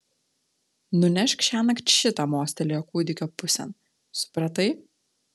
nunešk šiąnakt šitą mostelėjo kūdikio pusėn supratai